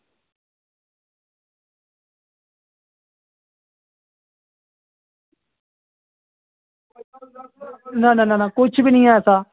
ना ना कुछ बी नेईं ऐ ऐसा